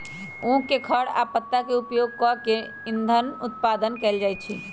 उख के खर आ पत्ता के उपयोग कऽ के इन्धन उत्पादन कएल जाइ छै